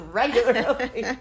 regularly